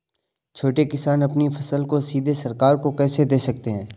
छोटे किसान अपनी फसल को सीधे सरकार को कैसे दे सकते हैं?